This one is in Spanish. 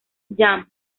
jam